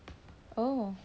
oh